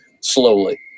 slowly